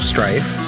Strife